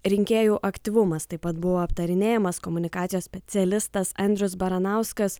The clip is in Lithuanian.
rinkėjų aktyvumas taip pat buvo aptarinėjamas komunikacijos specialistas andrius baranauskas